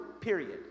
period